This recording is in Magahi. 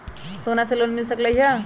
सोना से लोन मिल सकलई ह?